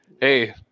hey